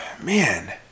man